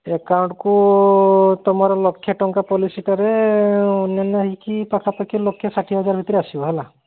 ଏକାଉଣ୍ଟ୍କୁ ତମର ଲକ୍ଷେ ଟଙ୍କା ପଲିସିଟାରେ ଅନ୍ୟନ୍ୟା ହୋଇକରି ପାଖା ପାଖି ଲକ୍ଷେ ଷାଠିଏ ହଜାର ଭିତରେ ଆସିବ ହେଲା